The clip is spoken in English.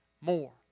more